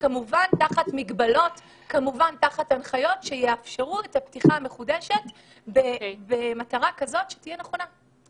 כמובן תחת מגבלות והנחיות שיאפשרו פתיחה מחודשת במטרה כזו שתהיה נכונה.